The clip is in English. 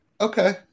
Okay